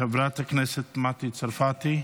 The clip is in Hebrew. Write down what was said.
חברת הכנסת מטי צרפתי,